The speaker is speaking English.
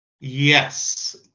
Yes